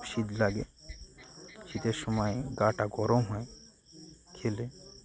শীত লাগে শীতের সময়ে গা টা গরম হয় খেলে